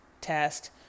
test